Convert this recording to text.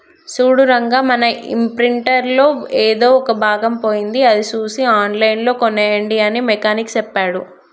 సూడు రంగా మన ఇంప్రింటర్ లో ఎదో ఒక భాగం పోయింది అది సూసి ఆన్లైన్ లో కోనేయండి అని మెకానిక్ సెప్పాడు